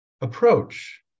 approach